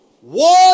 one